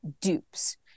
dupes